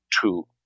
two